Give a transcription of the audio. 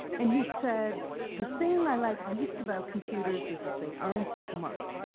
and he said the thing i like least about computers is that they aren't smart.